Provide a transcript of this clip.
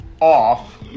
off